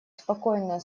спокойно